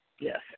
yes